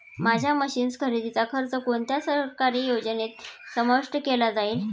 माझ्या मशीन्स खरेदीचा खर्च कोणत्या सरकारी योजनेत समाविष्ट केला जाईल?